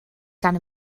gan